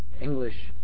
English